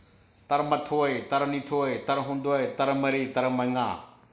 ꯇꯔꯥ ꯃꯥꯊꯣꯏ ꯇꯔꯥ ꯅꯤꯊꯣꯏ ꯇꯔꯥ ꯍꯨꯝꯗꯣꯏ ꯇꯔꯥ ꯃꯔꯤ ꯇꯔꯥ ꯃꯉꯥ